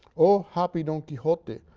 o happy don quixote!